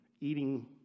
eating